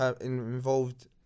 involved